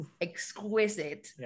exquisite